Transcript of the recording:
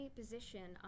position